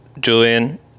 Julian